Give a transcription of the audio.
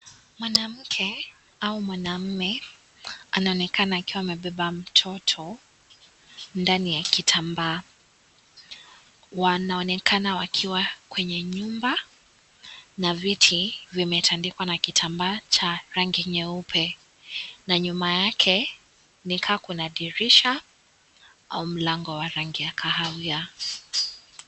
Mwanamke au mwanaume anaonekana akiwa amebeba mtoto ndani ya kitambaa, wanaonekana wakiwa kwenye nyumba na viti vimetandikwa na kitambaa cha rangi nyeupe na nyuma yake ni kaa kuna dirisha au mlango wa rangi ya kahawia.